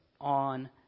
on